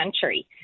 country